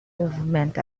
movement